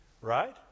Right